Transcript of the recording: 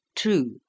True